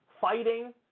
fighting